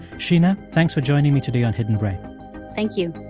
sheena, thanks for joining me today on hidden brain thank you